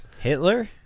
Hitler